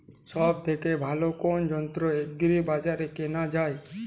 সব থেকে ভালো কোনো যন্ত্র এগ্রি বাজারে কেনা যায়?